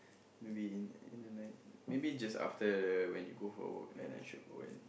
maybe in in the night maybe just after when you go for work then I should go and